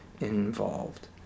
involved